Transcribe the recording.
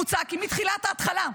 מוצע כי מתחילת ההתחלה,